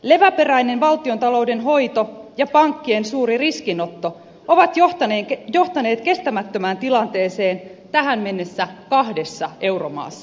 leväperäinen valtiontalouden hoito ja pankkien suuri riskinotto ovat johtaneet kestämättömään tilanteeseen tähän mennessä kahdessa euromaassa